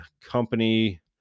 company